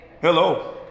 Hello